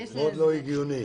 מאוד לא הגיוני.